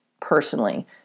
personally